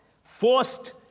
forced